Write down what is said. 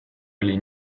oli